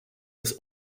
dass